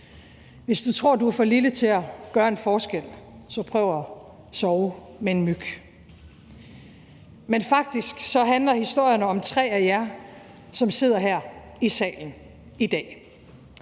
Hvis du tror, du er for lille til at gøre en forskel, så prøv at sove med en myg. Men faktisk handler historierne om tre af jer, som sidder her i salen i dag.